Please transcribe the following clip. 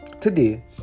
Today